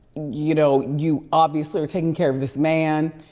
you know, you obviously were taking care of this man,